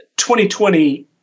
2020